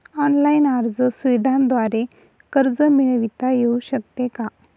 Online अर्ज सुविधांद्वारे कर्ज मिळविता येऊ शकते का?